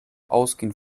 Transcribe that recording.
ausgehend